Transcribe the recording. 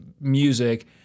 music